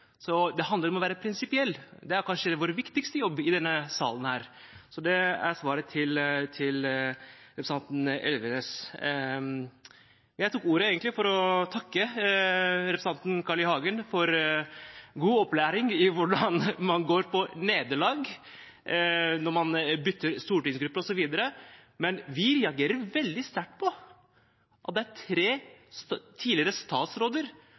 Så det handler om å være prinsipiell. Det er kanskje vår viktigste jobb i denne salen. Så det er svaret til representanten Elvenes. Jeg tok egentlig ordet for å takke representanten Carl I. Hagen for god opplæring i hvordan man går på nederlag, når man bytter stortingsgrupper osv., men vi reagerer veldig sterkt på at det er tre tidligere statsråder,